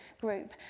group